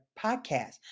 podcast